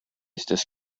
estas